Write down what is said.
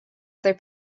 other